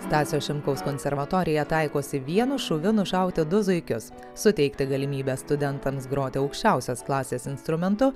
stasio šimkaus konservatorija taikosi vienu šūviu nušauti du zuikius suteikti galimybę studentams groti aukščiausios klasės instrumentu